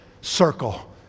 circle